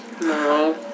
No